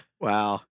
Wow